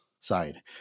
side